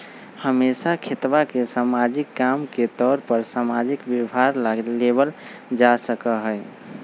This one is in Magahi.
हमेशा खेतवा के सामाजिक काम के तौर पर सामाजिक व्यवहार ला लेवल जा सका हई